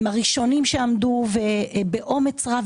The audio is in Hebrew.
הם הראשונים שעמדו באומץ רב,